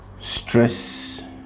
stress